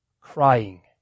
Crying